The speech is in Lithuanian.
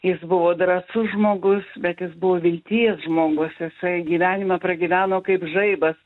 jis buvo drąsus žmogus bet jis buvo vilties žmogus jisai gyvenimą pragyveno kaip žaibas